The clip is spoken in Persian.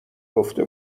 گفته